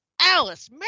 Alice